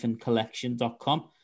collection.com